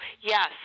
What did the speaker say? yes